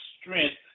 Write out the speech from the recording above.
strength